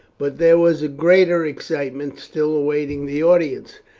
but there was greater excitement still awaiting the audience,